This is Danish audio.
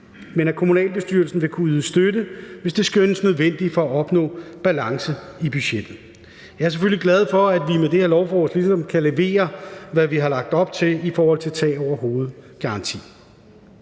men at kommunalbestyrelsen vil kunne yde støtte, hvis det skønnes nødvendigt for at opnå balance i budgettet. Jeg er selvfølgelig glad for, at vi med det her lovforslag ligesom kan levere, hvad vi har lagt op til i forhold til en tag over hovedet-garanti.